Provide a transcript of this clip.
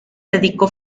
dedicó